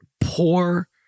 poor